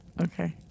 Okay